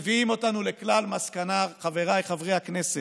הם מביאים אותנו לכלל מסקנה, חבריי חברי הכנסת: